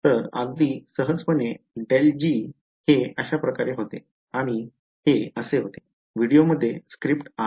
तर अगदी सहजपणे आणि हे होते व्हिडिओमध्ये स्क्रिप्ट r